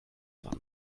san